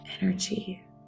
energy